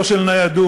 לא של ניידות,